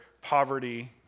poverty